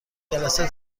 جلسه